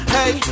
Hey